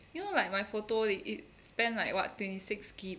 you know like my photo they eat~ spend like what twenty six G_B